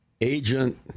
agent